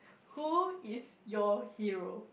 who is your hero